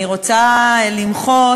אני רוצה למחות